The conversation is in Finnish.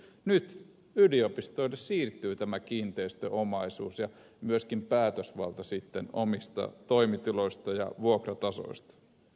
nyt yliopistoille siirtyy tämä kiinteistöomaisuus ja myöskin päätösvalta sitten omista toimitiloista ja vuokratasoista